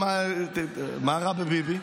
מה רע בביבי?